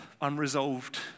unresolved